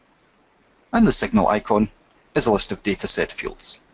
and the signal icon is a list of dataset fields.